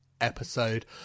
episode